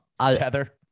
Tether